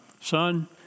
son